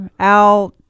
out